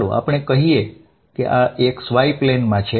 ચાલો આપણે કહીએ કે આ xy પ્લેનમાં છે